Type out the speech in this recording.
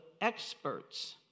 experts